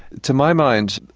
to my mind,